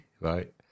right